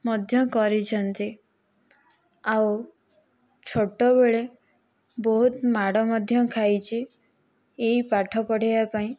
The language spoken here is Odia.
ମଧ୍ୟ କରିଛନ୍ତି ଆଉ ଛୋଟବେଳେ ବହୁତ ମାଡ଼ ମଧ୍ୟ ଖାଇଛି ଏହି ପାଠ ପଢ଼ିବା ପାଇଁ